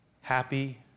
Happy